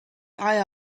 eye